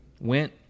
Went